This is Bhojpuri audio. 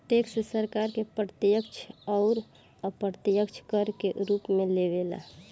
टैक्स सरकार प्रत्यक्ष अउर अप्रत्यक्ष कर के रूप में लेवे ला